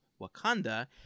Wakanda